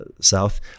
South